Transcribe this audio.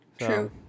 true